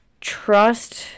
trust